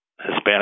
Hispanic